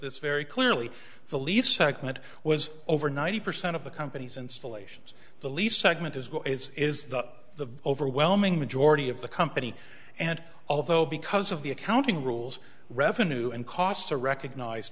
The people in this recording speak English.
this very clearly the least segment was over ninety percent of the company's installations the least segment is what is the overwhelming majority of the company and although because of the accounting rules revenue and costs are recognized